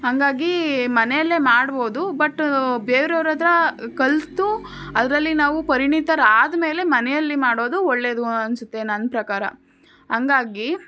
ಹಂಗಾಗಿ ಮನೆಯಲ್ಲೇ ಮಾಡ್ಬೋದು ಬಟ್ ಬೇರೆಯವರತ್ರ ಕಲಿತು ಅದರಲ್ಲಿ ನಾವು ಪರಿಣಿತರು ಆದಮೇಲೆ ಮನೆಯಲ್ಲಿ ಮಾಡೋದು ಒಳ್ಳೆಯದು ಅನಿಸುತ್ತೆ ನನ್ನ ಪ್ರಕಾರ ಹಂಗಾಗಿ